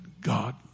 God